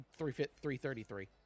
333